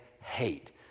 hate